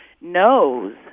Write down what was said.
knows